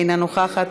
אינה נוכחת.